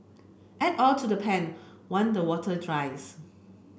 add oil to the pan one the water dries